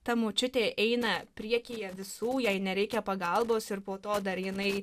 ta močiutė eina priekyje visų jai nereikia pagalbos ir po to dar jinai